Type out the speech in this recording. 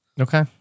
Okay